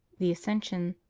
the ascension.